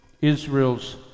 Israel's